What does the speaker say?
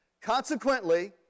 Consequently